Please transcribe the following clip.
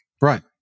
Right